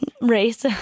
race